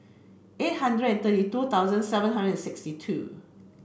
eight hundred and thirty two thousand seven hundred sixty two